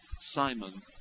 Simon